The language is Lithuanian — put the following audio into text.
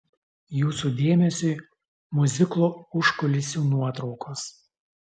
jūsų dėmesiui miuziklo užkulisių nuotraukos